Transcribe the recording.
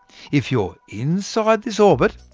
if you're inside this orbit,